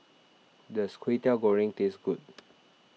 does Kwetiau Goreng taste good